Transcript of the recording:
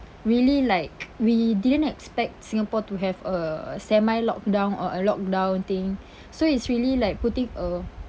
really like we didn't expect Singapore to have a semi lockdown or a lockdown thing so it's really like putting a